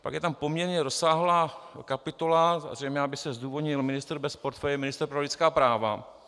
Pak je tam poměrně rozsáhlá kapitola, zřejmě aby se zdůvodnil ministr bez portfeje, ministr pro lidská práva.